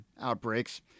outbreaks